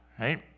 Right